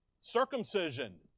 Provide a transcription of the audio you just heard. Circumcision